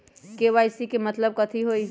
KYC के मतलब कथी होई?